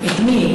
את מי?